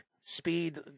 speed